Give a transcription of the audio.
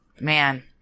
Man